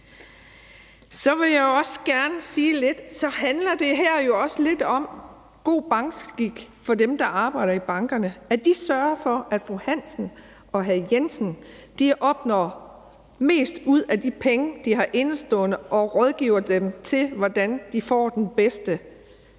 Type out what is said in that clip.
Så vil jeg også gerne sige, at det her også handler lidt om god bankskik hos dem, der arbejder i bankerne, altså at de sørger for, at fru Hansen og hr. Jensen får mest ud af deres indestående, og rådgiver dem om, hvordan de får den bedste